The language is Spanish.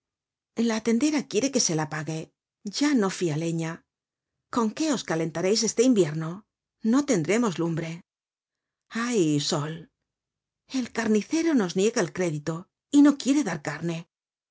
la tendera quiere que se la pague ya no fia leña con qué os calentareis este invierno no tendremos lumbre hay sol el carnicero nos niega el crédito y no quiere dar carne